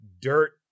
dirt